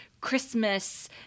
Christmas